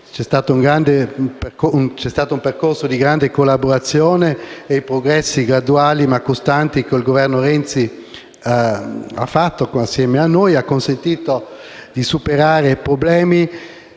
C'è stato un percorso di grande collaborazione e i progressi graduali, ma costanti, che il Governo Renzi ha compiuto insieme a noi, ci hanno consentito di superare problemi